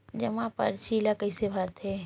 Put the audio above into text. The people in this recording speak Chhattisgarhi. जमा परची ल कइसे भरथे?